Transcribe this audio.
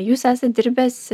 jūs esat dirbęs